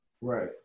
Right